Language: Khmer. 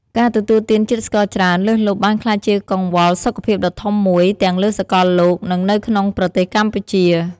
ការទទួលទានជាតិស្ករច្រើនលើសលប់បានក្លាយជាកង្វល់សុខភាពដ៏ធំមួយទាំងលើសកលលោក និងនៅក្នុងប្រទេសកម្ពុជា។